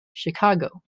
chicago